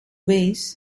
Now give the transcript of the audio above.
waze